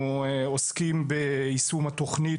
אנחנו עוסקים ביישום התוכנית,